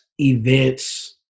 Events